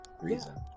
reason